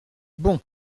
bon